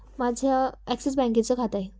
माझ्या ॲक्सिस बँकेचं खात आहे